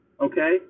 Okay